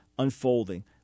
unfolding